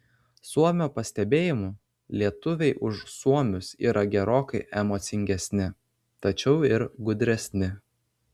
suomio pastebėjimu lietuviai už suomius yra gerokai emocingesni tačiau ir gudresni